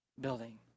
building